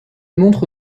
montre